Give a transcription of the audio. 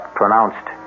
pronounced